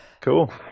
Cool